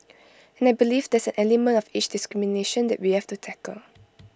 and I believe there's an element of age discrimination that we have to tackle